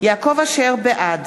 בעד